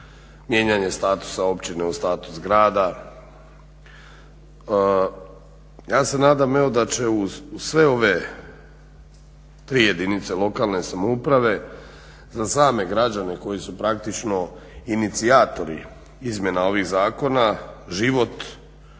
mijenjanje statusa općine u status grada. Ja se nadam evo da će uz sve ove tri jedinica lokalne samouprave za same građane koji su praktično inicijatori izmjena ovih zakona, život nakon